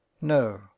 no